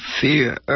fear